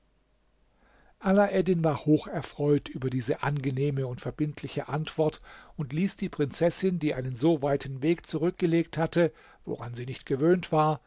alaeddin war hocherfreut über diese angenehme und verbindliche antwort und ließ die prinzessin die einen so weiten weg zurückgelegt hatte woran sie nicht gewöhnt war